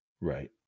Right